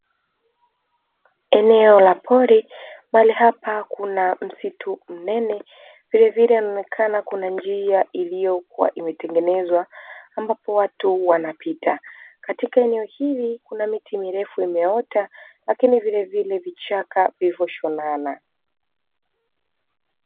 Eneo la pori mahali hapa kuna msitu mnene vilevile kunaonekana kuna njia iliyokuwa imetengenezwa, ambapo watu wanapita katika eneo hili kuna miti mirefu imeota lakini vile vile vichaka vilivyo shonana.